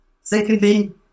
Secondly